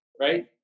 right